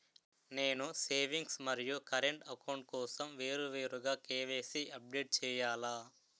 నేను సేవింగ్స్ మరియు current account కోసం వేరువేరుగా కే.వై.సీ అప్డేట్ చేయాలా?